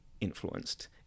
influenced